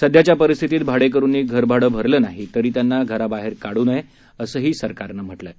सध्याच्या परिस्थितीत भाडेकरूंनी घरभाडे भरलं नाही तर त्यांना घराबाहेर काढू नये असंही सरकारं म्हटलं आहे